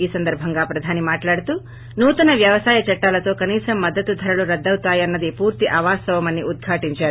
ఈ సందర్బంగా ప్రధాని మాట్లాడుతూ నూతన వ్యవసాయ చట్లాలతో కనీస మద్దతు ధరలు రద్దవుతాయన్న ది పూర్తి అవాస్తవమని ఉద్భాటించారు